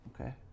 Okay